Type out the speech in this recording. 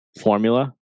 formula